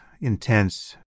intense